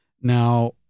Now